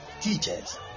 Teachers